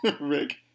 Rick